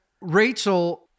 Rachel